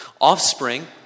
Offspring